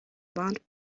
warnt